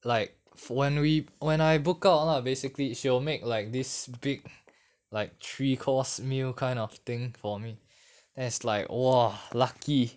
like when we when I book out lah basically she will make like this big like three course meal kind of thing for me as like !wah! lucky